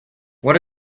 what